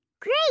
Great